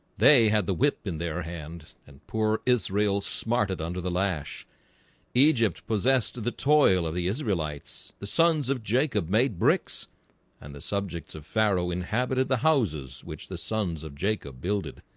they had the whip in their hand and poor israel smarted under the lash egypt possessed the toil of the israelites the sons of jacob made bricks and the subjects of pharaoh inhabited the houses, which the sons of jacob builded